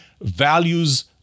values